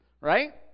Right